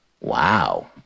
Wow